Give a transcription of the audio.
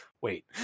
wait